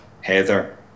Heather